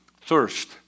Thirst